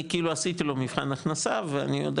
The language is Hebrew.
אני כאילו עשיתי לו מבחן הכנסה ואני יודע